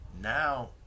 Now